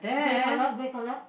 grey colour